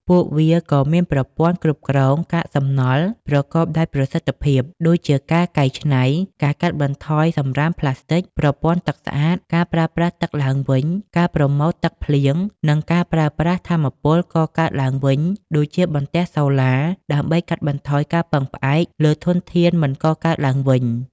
ពួកវាក៏មានប្រព័ន្ធគ្រប់គ្រងកាកសំណល់ប្រកបដោយប្រសិទ្ធភាព ដូចជាការកែច្នៃ ការកាត់បន្ថយសំរាមប្លាស្ទិក ប្រព័ន្ធទឹកស្អាត ការប្រើប្រាស់ទឹកឡើងវិញ ការប្រមូលទឹកភ្លៀង និងការប្រើប្រាស់ថាមពលកកើតឡើងវិញ ដូចជាបន្ទះសូឡា ដើម្បីកាត់បន្ថយការពឹងផ្អែកលើធនធានមិនកកើតឡើងវិញ។